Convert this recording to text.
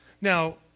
Now